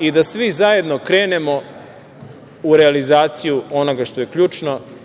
i da svi zajedno krenemo u realizaciju onoga što je ključno,